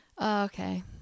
Okay